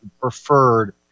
preferred